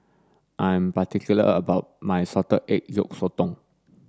I am particular about my salted egg yolk sotong